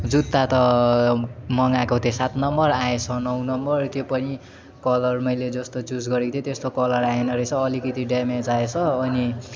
जुत्ता त मगाएको थिएँ सात नम्बर आएछ नौ नम्बर त्यो पनि कलर मैले जस्तो चुज गरेको थिएँ त्यस्तो कलर आएन रहेछ अलिकति ड्यामेज आएछ अनि